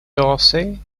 dorsey